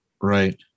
Right